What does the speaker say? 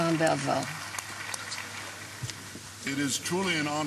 It is truly an honor